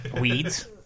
Weeds